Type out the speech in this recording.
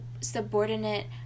subordinate